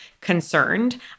concerned